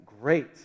great